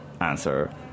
answer